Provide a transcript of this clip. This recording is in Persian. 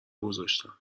گذاشتم